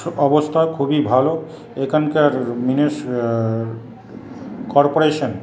অবস্থা খুবই ভালো এখানকার কর্পোরেশন